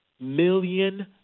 million